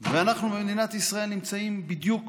ואנחנו, מדינת ישראל, נמצאים בדיוק